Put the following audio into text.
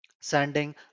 sending